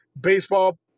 Baseball